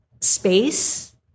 space